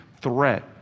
threat